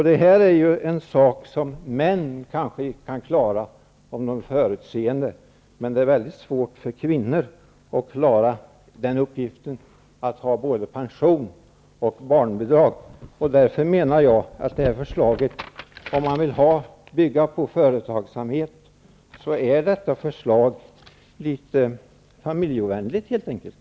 Detta är något som män kanske kan klara om de är förutseende, men det är väldigt svårt för kvinnor att klara uppgiften att ha både pension och barnbidrag. Därför menar jag att om man vill bygga på företagsamhet så är detta förslag helt enkelt litet familjeovänligt.